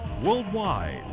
worldwide